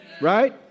Right